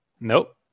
nope